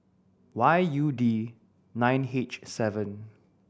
Y U D nine H seven